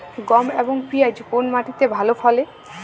গম এবং পিয়াজ কোন মাটি তে ভালো ফলে?